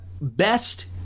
best